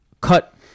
cut